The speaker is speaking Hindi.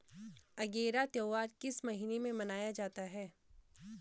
अगेरा त्योहार किस महीने में मनाया जाता है?